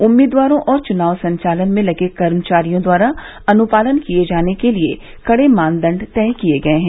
उम्मीदवारों और चुनाव संचालन में लगे कर्मचारियों द्वारा अनुपालन किये जाने के लिए कड़े मानदंड तय किये गये हैं